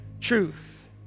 truth